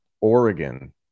Oregon